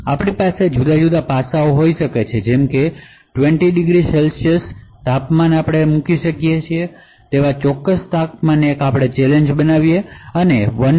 આપણી પાસે જુદા જુદા પાસાઓ પણ હોઈ શકે છે જેમ કે આ ખાસ ઉદાહરણમાં આપણે 20 C તાપમાને અને 1